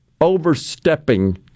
overstepping